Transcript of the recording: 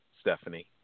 Stephanie